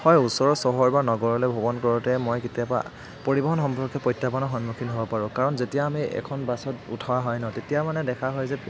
হয় ওচৰৰ চহৰ বা নগৰলৈ ভ্ৰমণ কৰোতে মই কেতিয়াবা পৰিবহণ সম্পৰ্কে প্ৰত্যাহ্বানৰ সন্মুখীন হ'ব পাৰোঁ কাৰণ যেতিয়া আমি এখন বাছত উঠা হয় ন তেতিয়া মানে দেখা হয় যে